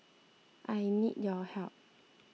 I need your help